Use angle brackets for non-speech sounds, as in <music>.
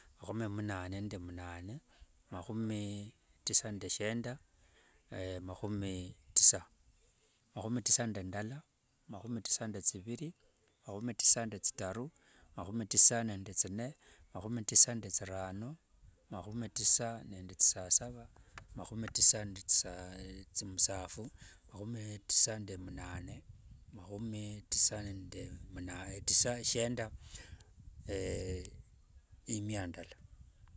Makhumi munane nende munane, makhumi tisa nde shienda <hesitation> makhumi tisa. Makhumi tisa nde ndala, makhumi tisa nde thiviri, makhumi tisa nde thitaru, makhumi tisa nde thinne makhumi tisa nde thirano makhumi tisa nde thisasava, makhumi tisa nde muthisaphu, makhumi tisa nde munane, makhumi tisa munane shienda. <hesitation> imia ndala.